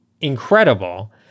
incredible